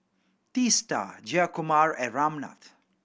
Teesta Jayakumar and Ramnath